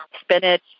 spinach